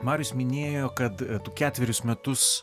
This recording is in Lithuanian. marius minėjo kad tu ketverius metus